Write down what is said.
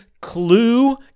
Clue